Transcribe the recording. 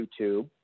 YouTube